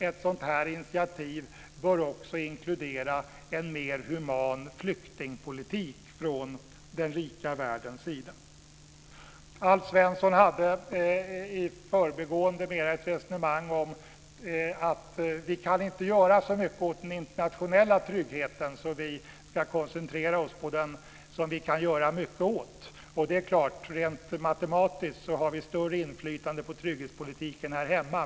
Ett sådant initiativ bör också inkludera en mer human flyktingpolitik från den rika världens sida. Alf Svensson hade mer i förbigående ett resonemang om att vi inte kan göra så mycket åt den internationella tryggheten utan i stället ska koncentrera oss på det som vi kan göra mycket åt. Det är klart att vi rent matematiskt har större inflytande på trygghetspolitiken här hemma.